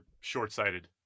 short-sighted